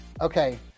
okay